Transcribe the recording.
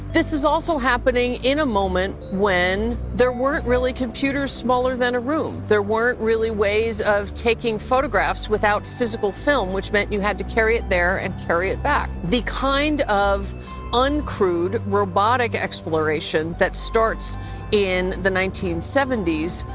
this is also happening in a moment when there weren't really computer smaller than a room. there weren't really ways of taking photographs without physical film which meant you had to carry it there and carry it back. the kind of uncrewed robotic exploration that starts in the nineteen seventy s,